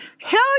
Hell